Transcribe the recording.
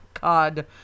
god